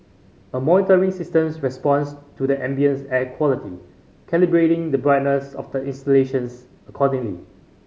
a monitoring systems responds to the ambient air quality calibrating the brightness of the installations accordingly